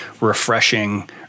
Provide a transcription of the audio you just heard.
refreshing